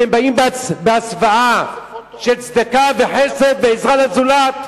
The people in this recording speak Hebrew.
שבאות בהסוואה של צדקה וחסד ועזרה לזולת?